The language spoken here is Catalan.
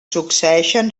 succeeixen